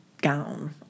gown